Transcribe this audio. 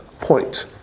point